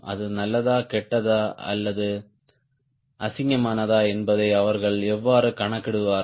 அது நல்லதா கெட்டதா அல்லது அசிங்கமானதா என்பதை அவர்கள் எவ்வாறு கணக்கிடுவார்கள்